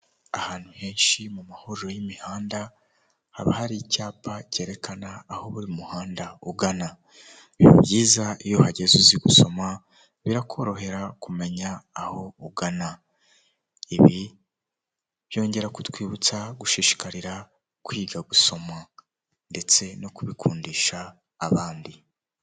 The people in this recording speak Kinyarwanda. Utubati twiza dushyashya bari gusiga amarangi ukaba wadukoresha ubikamo ibintu yaba imyenda, ndetse n'imitako.